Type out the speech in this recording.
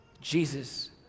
Jesus